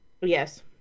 yes